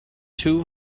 two